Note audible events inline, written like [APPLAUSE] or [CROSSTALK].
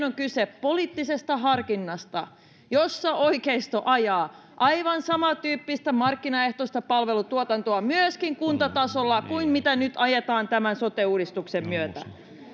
[UNINTELLIGIBLE] on kyse poliittisesta harkinnasta jossa oikeisto ajaa aivan samantyyppistä markkinaehtoista palvelutuotantoa myöskin kuntatasolla kuin mitä nyt ajetaan tämän sote uudistuksen